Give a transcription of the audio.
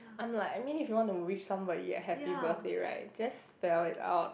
I'm like I mean if you wanna wish somebody a happy birthday right just spell it out